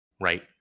right